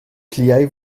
pliaj